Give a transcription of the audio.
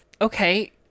okay-